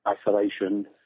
isolation